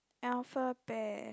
alpha bear